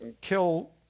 kill